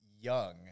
young